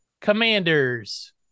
Commanders